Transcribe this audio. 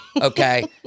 okay